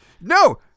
No